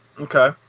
Okay